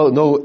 no